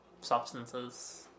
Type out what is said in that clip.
substances